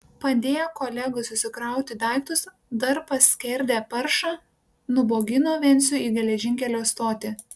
padėję kolegai susikrauti daiktus dar paskerdę paršą nubogino vencių į geležinkelio stotį